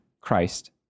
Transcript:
Christ